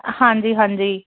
ਹਾਂਜੀ ਹਾਂਜੀ